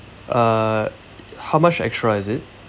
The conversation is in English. uh how much extra is it